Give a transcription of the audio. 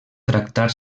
tractar